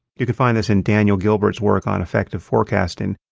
you can find this in daniel gilbert's work on effective forecasting,